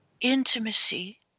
intimacy